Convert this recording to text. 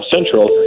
Central